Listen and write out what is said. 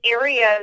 areas